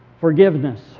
Forgiveness